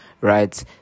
right